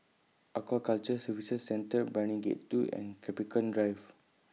Aquaculture Services Centre Brani Gate two and Capricorn Drive